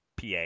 PA